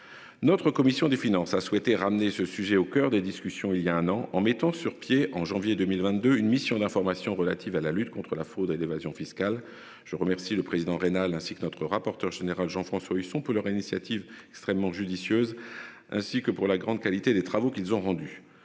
Notre commission des finances a souhaité ramener ce sujet au coeur des discussions, il y a un an en mettant sur pied en janvier 2022, une mission d'information relative à la lutte contre la fraude et d'évasion fiscale. Je remercie le président rénale ainsi que notre rapporteur général Jean-François Husson pour leur initiative extrêmement judicieuse ainsi que pour la grande qualité des travaux qu'ils ont rendu